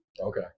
Okay